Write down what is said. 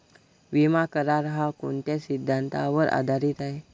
विमा करार, हा कोणत्या सिद्धांतावर आधारीत आहे?